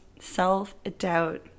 self-doubt